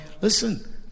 Listen